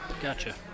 Gotcha